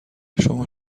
شما